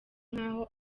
nkaho